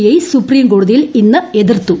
I സുപ്രീംകോടതിയിൽ ഇന്ന് എതിർത്തു